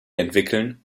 entwickeln